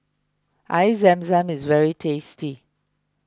Air Zam Zam is very tasty